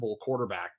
quarterback